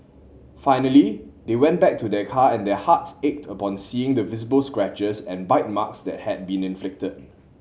finally they went back to their car and their hearts ached upon seeing the visible scratches and bite marks that had been inflicted